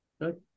Good